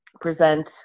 present